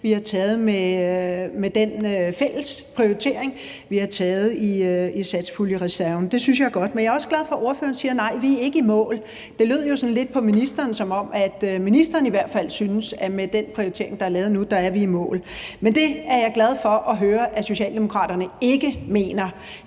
vi har taget med i den fælles prioritering, vi har foretaget i satspuljereserven. Det synes jeg er godt. Jeg er også glad for, at ordføreren siger, at vi ikke er i mål. Det lød jo sådan lidt på ministeren, som om ministeren i hvert fald synes, at med den prioritering, der er lavet nu, er vi i mål. Men det er jeg glad for at høre at Socialdemokraterne ikke mener,